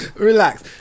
relax